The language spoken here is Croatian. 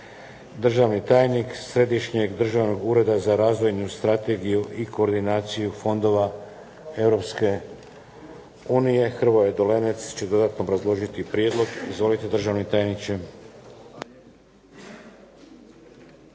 Državni tajnik Središnjeg državnog ureda za razvojnu strategiju i koordinaciju fondova Europske unije Hrvoje Dolenec će dodatno obrazložiti prijedlog. Izvolite državni tajniče.